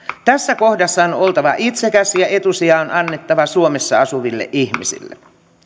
tässä kohdassa on on oltava itsekäs ja etusija on annettava suomessa asuville ihmisille